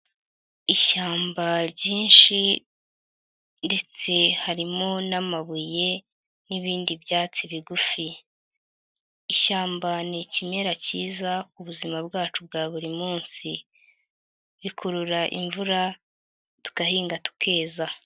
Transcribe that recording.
Ishyamba ryinshi ndetse harimo n'amabuye n'ibindi byatsi bigufi. Ishyamba ni ikimera kiza ku buzima bwacu bwa buri munsi, rikurura imvura tugahinga tukeza.